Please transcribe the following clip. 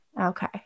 Okay